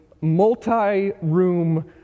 multi-room